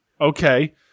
Okay